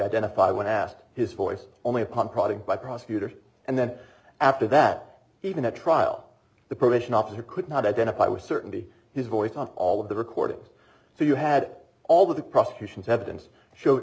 identify when asked his voice only upon prodding by prosecutors and then after that even a trial the probation officer could not identify with certainty his voice on all of the recordings so you had all the prosecution's evidence showed